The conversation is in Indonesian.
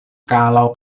kalau